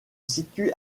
situe